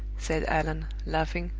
said allan, laughing,